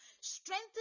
Strengthen